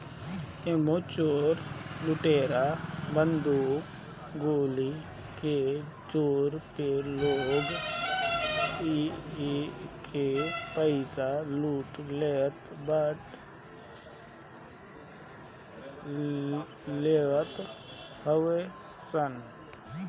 एमे चोर लुटेरा बंदूक गोली के जोर पे लोग के पईसा लूट लेवत हवे सन